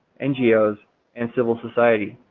ngos and civil society.